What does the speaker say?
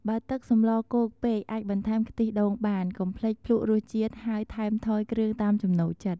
បើទឹកសម្លគោកពេក អាចបន្ថែមខ្ទិះដូងបាន កុំភ្លេចភ្លក្សរសជាតិហើយថែមថយគ្រឿងតាមចំណូលចិត្ត។